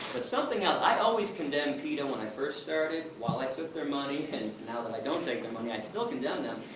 but something else. i always condemned peta when i first started, while i took their money, and now, that i don't take their money, i still condemn them.